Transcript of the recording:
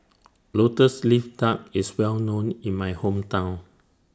Lotus Leaf Duck IS Well known in My Hometown